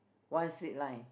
one straight line